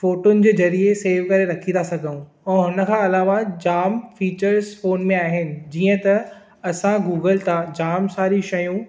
फोटुनि जे ज़रिए सेव करे रखी था सघूं ऐं हुन खां अलावा जाम फीचर्स फोन में आहिनि जीअं त असां गूगल था जाम सारी शयूं